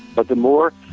but the more